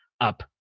up